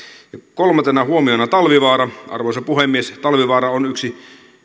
kolmantena huomiona talvivaara arvoisa puhemies talvivaara on yksi